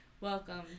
welcome